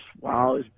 wow